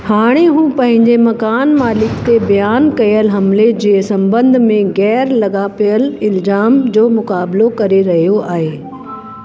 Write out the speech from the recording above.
हाणे हू पंहिंजे मकान मालिक ते बयान कयल हमिले जे संबंध में ग़ैर लाॻापियल इंजाम जो मुक़ाबिलो करे रहियो आहे